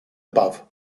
above